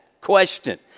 question